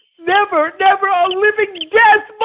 never never! a living death!